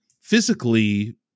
physically